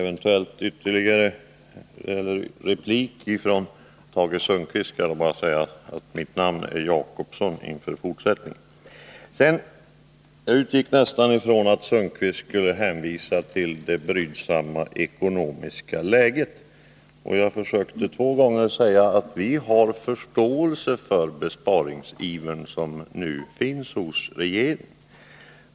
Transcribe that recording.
Herr talman! Jag var ganska säker på att Tage Sundkvist skulle hänvisa till det brydsamma ekonomiska läget. Jag försökte därför två gånger att säga att vi har förståelse för regeringens spariver.